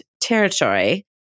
territory